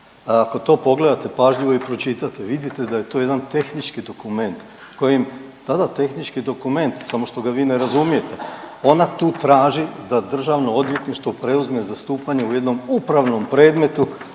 Ako to pogledate pažljivo i pročitate vidite da je to jedan tehnički dokument kojim, da, da, tehnički dokument samo što ga vi ne razumijete. Ona tu traži da Državno odvjetništvo preuzme zastupanje u jednom upravnom predmetu